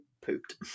pooped